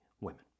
women